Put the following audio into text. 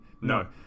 No